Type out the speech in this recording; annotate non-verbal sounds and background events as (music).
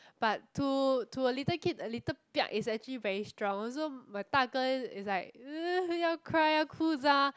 but to to a little kid a little (noise) is actually very strong one so my 大哥 is like (noise) 要 cry 要哭 (noise)